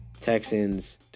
Texans